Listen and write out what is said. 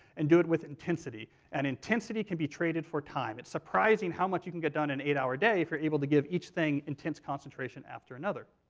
and do it with intensity, and intensity can be traded for time. it's surprising how much you can get done in a eight-hour day if you're able to give each thing intense concentration after another.